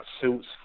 suits